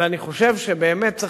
ואני חושב שבאמת צריך,